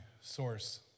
source